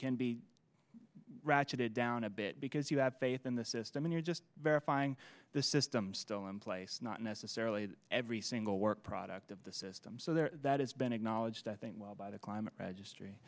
can be ratcheted down a bit because you have faith in the system you're just verifying the system still in place not necessarily every single work product of the system so there that has been acknowledged i think well by the climate registry